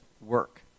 work